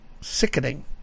sickening